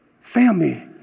Family